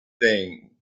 thing